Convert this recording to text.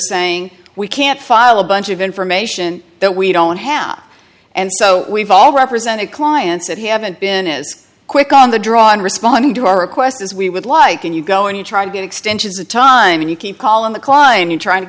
saying we can't file a bunch of information that we don't have and so we've all represented clients that haven't been as quick on the draw in responding to our request as we would like and you go and you try to get extensions of time and you keep calling the climb you try